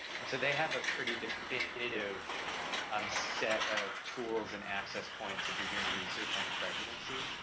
and so they have a pretty definitive um set of tools and access points if you're doing research on the presidency,